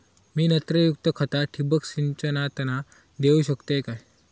मी नत्रयुक्त खता ठिबक सिंचनातना देऊ शकतय काय?